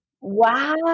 Wow